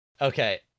Okay